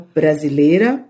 brasileira